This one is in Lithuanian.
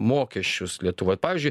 mokesčius lietuvoj pavyzdžiui